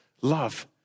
love